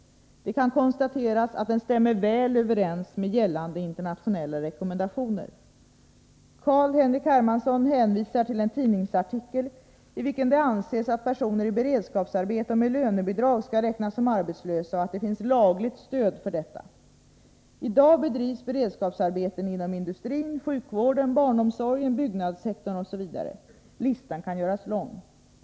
Det kan konstateras att den stämmer väl överens med gällande internationella rekommendationer. Carl-Henrik Hermansson hänvisar till en tidningsartikel i vilken det anses att personer i beredskapsarbete och med lönebidrag skall räknas som arbetslösa och att det finns lagligt stöd för detta. I dag bedrivs beredskapsarbeten inom industrin, sjukvården, barnomsorgen, byggnadssektorn osv. Listan kan göras lång.